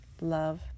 Love